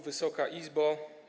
Wysoka Izbo!